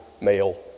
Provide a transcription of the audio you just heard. male